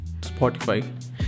Spotify